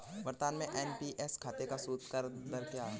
वर्तमान में एन.पी.एस खाते का सूद दर क्या है?